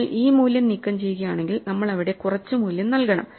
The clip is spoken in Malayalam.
നിങ്ങൾ ഈ മൂല്യം നീക്കംചെയ്യുകയാണെങ്കിൽ നമ്മൾ അവിടെ കുറച്ച് മൂല്യം നൽകണം